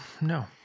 No